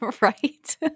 Right